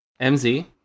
MZ